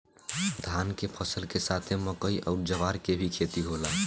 धान के फसल के साथे मकई अउर ज्वार के भी खेती होला